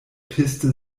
piste